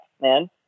man